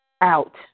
out